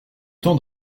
temps